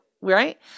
right